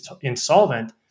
insolvent